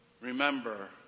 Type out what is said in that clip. Remember